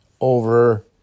over